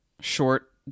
short